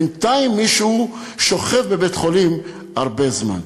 בינתיים מישהו שוכב בבית-חולים הרבה זמן.